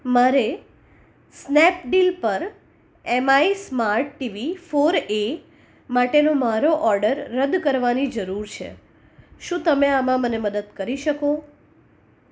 મારે સ્નેપડીલ પર MI smart TV four A માટેનો મારો ઓર્ડર રદ કરવાની જરૂર છે શું તમે આમાં મને મદદ કરી શકો